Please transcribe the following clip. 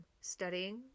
Studying